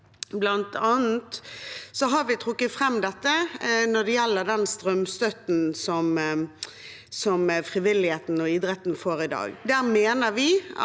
bl.a. har vi trukket fram dette når det gjelder den strømstøtten som frivilligheten og idretten får i dag.